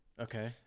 Okay